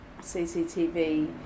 CCTV